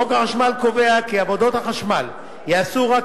חוק החשמל קובע כי עבודות חשמל ייעשו רק